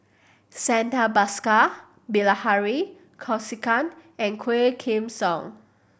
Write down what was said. Santha Bhaskar Bilahari Kausikan and Quah Kim Song